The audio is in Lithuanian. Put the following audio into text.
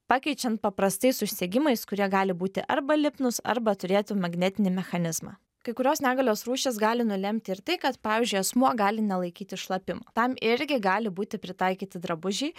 pakeičian paprastais užsegimais kurie gali būti arba lipnūs arba turėtų magnetinį mechanizmą kai kurios negalios rūšys gali nulemti ir tai kad pavyzdžiui asmuo gali nelaikyti šlapimo tam irgi gali būti pritaikyti drabužiai